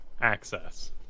access